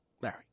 Larry